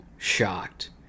Shocked